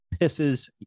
pisses